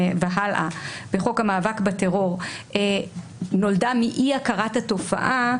בחוק המאבק בטרור נולדה מאי הכרת התופעה,